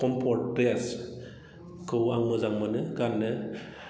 comfort ड्रेसखौ आं मोजां मोनो गाननो